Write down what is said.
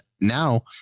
now